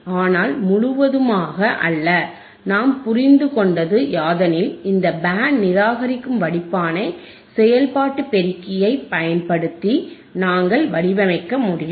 ஆனால் முழுவதுமாக அல்ல நாம் புரிந்துகொந்தது யாதெனில் இந்த பேண்ட் நிராகரிக்கும் வடிப்பானை செயல்பாட்டு பெருக்கியைப் பயன்படுத்தி நாங்கள் வடிவமைக்க முடியும்